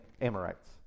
Amorites